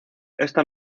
está